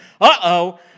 Uh-oh